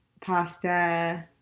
pasta